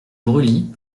brûlis